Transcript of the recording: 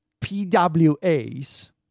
PWAs